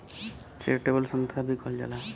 charitable संस्था भी कहल जाला